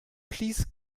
please